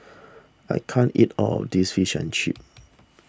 I can't eat all of this Fish and Chips